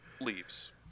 Leaves